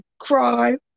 cry